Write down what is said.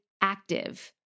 active